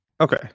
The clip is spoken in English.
Okay